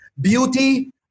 Beauty